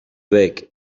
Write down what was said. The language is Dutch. week